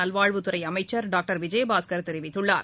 நல்வாழ்வுத்துறை அமைச்சர் டாக்டர் விஜயபாஸ்கர் தெரிவித்துள்ளார்